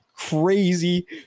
crazy